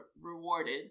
rewarded